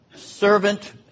Servant